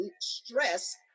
stress